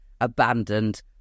abandoned